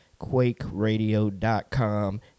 quakeradio.com